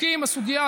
מספחים?